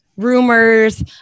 rumors